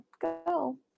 go